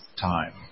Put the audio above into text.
time